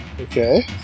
Okay